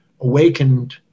awakened